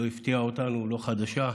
לא הפתיעה אותנו, לא חדשה.